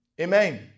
Amen